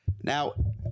now